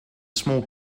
small